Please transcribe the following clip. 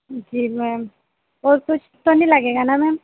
जी ma'am और कुछ तो नहीं लगेगा ना मैम